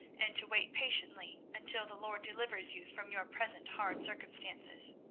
and to wait patiently until the lord delivers you from your present hard circumstances.